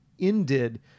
ended